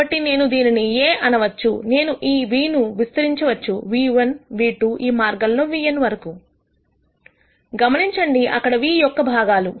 కాబట్టి నేను దీనిని A అనవచ్చు నేను ఈ v ను విస్తరించవచ్చు v1 v2 ఈ మార్గంలో vn వరకు గమనించండి అక్కడ v యొక్క భాగాలు